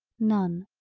none.